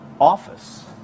office